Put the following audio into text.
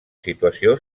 situació